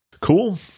Cool